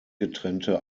getrennte